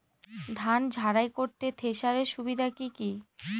ধান ঝারাই করতে থেসারের সুবিধা কি কি?